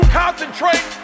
concentrate